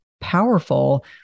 powerful